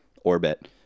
orbit